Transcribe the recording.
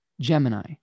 Gemini